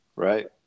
right